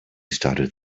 started